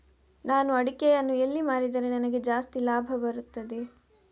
ನಾನು ಅಡಿಕೆಯನ್ನು ಎಲ್ಲಿ ಮಾರಿದರೆ ನನಗೆ ಜಾಸ್ತಿ ಲಾಭ ಬರುತ್ತದೆ?